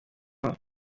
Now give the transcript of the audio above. abana